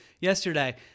yesterday